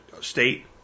state